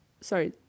Sorry